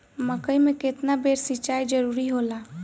मकई मे केतना बेर सीचाई जरूरी होला?